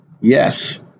Yes